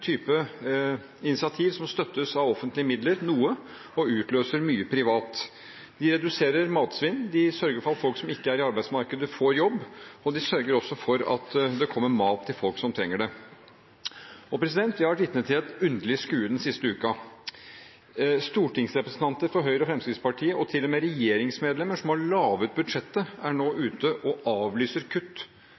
type initiativ som støttes av offentlige midler noe og utløser mye privat. De reduserer matsvinn, de sørger for at folk som ikke er i arbeidsmarkedet, får jobb, og de sørger også for at det kommer mat til folk som trenger det. Jeg har vært vitne til et underlig skue den siste uken. Stortingsrepresentanter for Høyre og Fremskrittspartiet og til og med regjeringsmedlemmer som har laget budsjettet, er nå ute og avlyser kutt